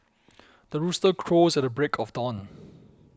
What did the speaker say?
the rooster crows at the break of dawn